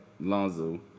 Lonzo